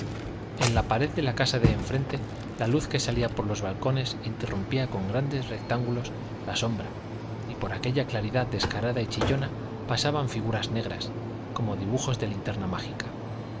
en la pared de la casa de enfrente la luz que salía por los balcones interrumpía con grandes rectángulos la sombra y por aquella claridad descarada y chillona pasaban figuras negras como dibujos de linterna mágica